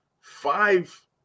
five